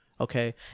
okay